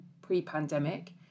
pre-pandemic